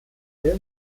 lage